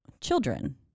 children